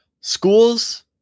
schools